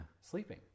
sleeping